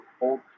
old